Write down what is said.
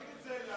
תגיד את זה.